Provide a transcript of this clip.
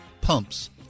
Pumps